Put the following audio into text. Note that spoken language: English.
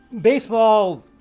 Baseball